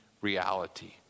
reality